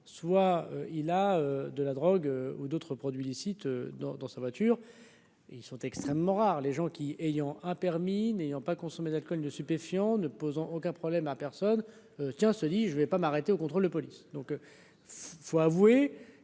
soit il a de la drogue ou d'autres produits licites dans dans sa voiture, ils sont extrêmement rares, les gens qui, ayant un permis n'ayant pas consommé d'alcool de stupéfiants ne posant aucun problème à personne : tiens, se dit : je vais pas m'arrêter au contrôle de police,